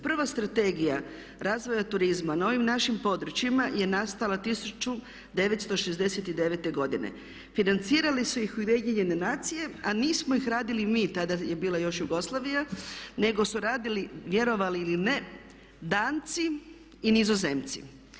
Prva strategija razvoja turizma na ovim našim područjima je nastala 1969.godine., financirali su ih Ujedinjene nacije a nismo ih radili mi, tada je još bila Jugoslavija nego su radili vjerovali ili ne Danci i Nizozemci.